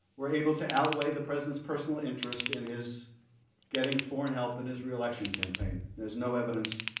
were able to outweigh the presidents personal interest in his getting for and help in his reelection campaign. there is no evidence